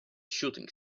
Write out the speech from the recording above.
shooting